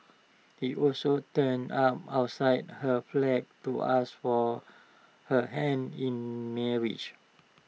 he also turned up outside her flat to ask for her hand in marriage